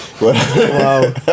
Wow